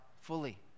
fully